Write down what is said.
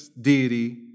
deity